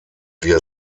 wir